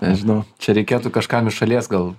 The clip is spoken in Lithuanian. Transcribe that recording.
nežinau čia reikėtų kažkam iš šalies gal